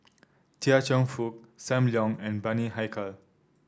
Chia Cheong Fook Sam Leong and Bani Haykal